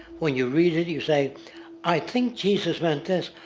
when you read it, you say i think jesus meant this.